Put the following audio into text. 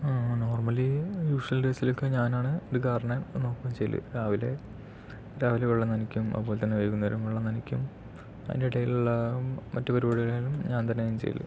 normally usual ഡേയ്സിൽ ഒക്കെ ഞാനാണ് എൻ്റെ ഗാർഡനെ നോക്കുന്നതൊക്കെ ചെയ്യല് രാവിലെ രാവിലെ വെള്ളം നനയ്ക്കും അതുപോലെ തന്നെ വൈകുന്നേരം വെള്ളം നനയ്ക്കും അതിൻ്റെ ഇടയിലുള്ള മറ്റ് പരുപാടികളും ഞാൻ തന്നെയാണ് ചെയ്യല്